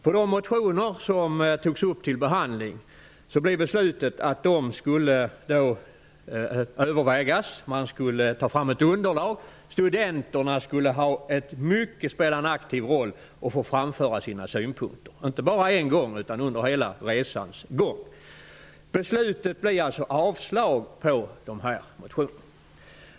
För de motioner som togs upp till behandling blev beslutet att de skulle övervägas, att ett underlag skulle tas fram och att studenterna skulle spela en mycket aktiv roll och få framföra sina synpunkter, inte bara en gång utan under hela resans gång. Beslutet blev alltså avslag på dessa motioner.